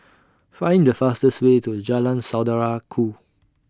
Find The fastest Way to Jalan Saudara Ku